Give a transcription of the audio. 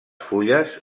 fulles